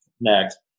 next